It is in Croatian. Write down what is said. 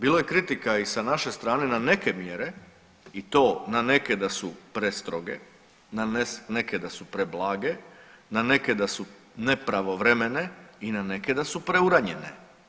Bilo je kritika i sa naše strane na neke mjere i to na neke da su prestroge, na neke da su preblage, na neke da su nepravovremene i neke da su preuranjene.